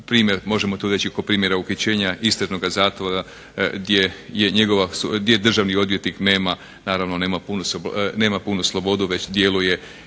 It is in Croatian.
možemo tu reći kod primjera uhićenja istražnoga zatvora gdje Državni odvjetnik nema, naravno nema punu slobodu već djeluje